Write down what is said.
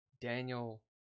Daniel